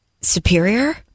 superior